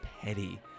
petty